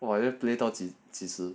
!wah! 要 play 到底几时